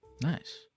Nice